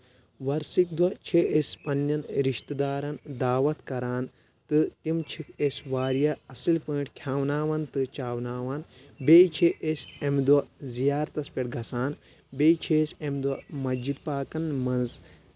ۄرسک دۄہ چھِ أسۍ پنٕنؠن رِشتہٕ دارن دعوت کران تہٕ تِم چھِکھ أسۍ واریاہ اَصٕل پٲٹھۍ کھؠوناوان تہٕ چاوناون بیٚیہِ چھِ أسۍ اَمہِ دۄہ زیارتس پؠٹھ گژھان بیٚیہِ چھِ أسۍ امہِ دۄہ مسجد پاکن منٛز